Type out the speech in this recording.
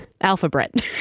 Alphabet